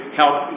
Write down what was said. help